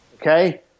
Okay